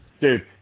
Dude